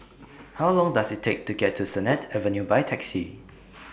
How Long Does IT Take to get to Sennett Avenue By Taxi